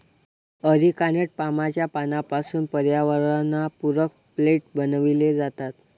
areca nut पामच्या पानांपासून पर्यावरणपूरक प्लेट बनविले जातात